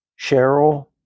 Cheryl